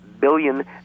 billion